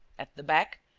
at the back,